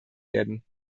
werden